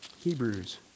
Hebrews